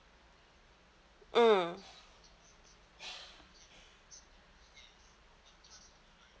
mm